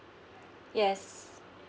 yes